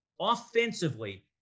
offensively